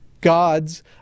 God's